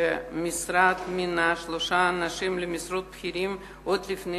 שהמשרד מינה שלושה אנשים למשרות בכירות עוד לפני